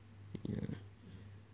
ya